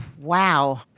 Wow